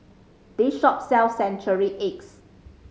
this shop sells century eggs